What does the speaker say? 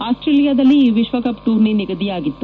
ಆಸ್ವೇಲಿಯಾದಲ್ಲಿ ಈ ವಿಶ್ವಕಪ್ ಟೂರ್ನಿ ನಿಗದಿಯಾಗಿತ್ತು